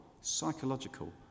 psychological